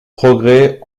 progrès